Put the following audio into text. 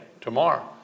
tomorrow